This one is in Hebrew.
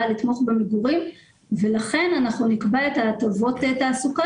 באה לתמוך במגורים ולכן אנחנו נקבע את ההטבות והתעסוקה